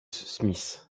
smith